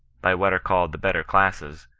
by what are called the better classes,